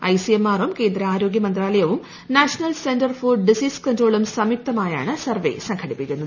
ഐസിഎംആറും കേന്ദ്ര ആരോഗ്യ മന്ത്രാലയവും ന്ടാഷ്ണൽ സെന്റർ ഫോർ ഡിസീസ് കൺട്രോളും സംയുക്തമായാണ് സർവേ സംഘടിപ്പിക്കുന്നത്